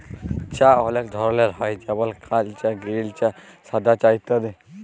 চাঁ অলেক ধরলের হ্যয় যেমল কাল চাঁ গিরিল চাঁ সাদা চাঁ ইত্যাদি